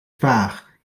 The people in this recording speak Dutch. vaag